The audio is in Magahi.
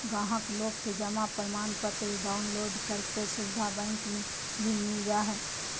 गाहक लोग के जमा प्रमाणपत्र डाउनलोड करे के सुविधा बैंक मे भी मिल जा हय